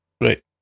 right